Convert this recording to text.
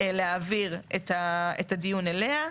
להעביר את הדיון אליה,